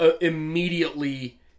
immediately